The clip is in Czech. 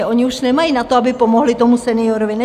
Oni už nemají na to, aby pomohly tomu seniorovi.